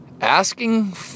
asking